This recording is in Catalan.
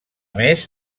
més